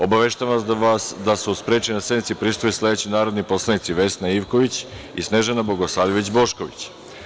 Obaveštavam vas da su sprečeni da sednici prisustvuju sledeći narodni poslanici: Vesna Ivković i Snežana Bogosavljević Bošković.